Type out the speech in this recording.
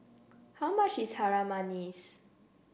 how much is Harum Manis